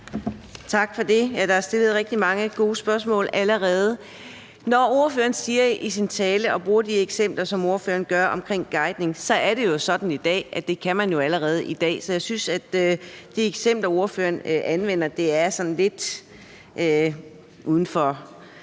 Tak for det. Ja, der er stillet rigtig mange gode spørgsmål allerede. Når ordføreren i sin tale bruger de eksempler på guidning, som ordføreren gør, så må jeg sige, at sådan er det allerede i dag, det kan man jo allerede i dag, så jeg synes, at de eksempler, som ordføreren anvender er lidt uden for